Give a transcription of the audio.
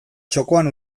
txokoan